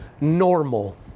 normal